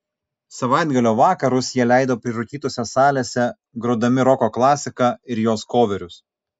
savaitgalio vakarus jie leido prirūkytose salėse grodami roko klasiką ir jos koverius